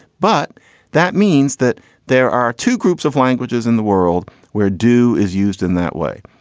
but that means that there are two groups of languages in the world where do is used in that way.